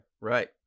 Right